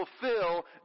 fulfill